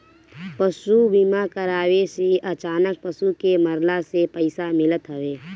पशु बीमा कराए से अचानक पशु के मरला से पईसा मिलत हवे